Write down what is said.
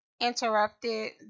interrupted